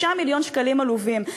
3 מיליון שקלים עלובים.